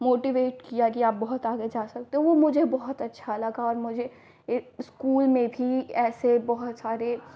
motivate किया आप बहुत आगे जा सकते हो वह मुझे बहुत अच्छा लगा और मुझे एक स्कूल में भी ऐसे बहुत सारे